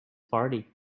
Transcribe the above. party